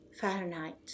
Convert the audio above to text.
Fahrenheit